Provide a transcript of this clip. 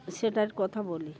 সেটার কথা বলি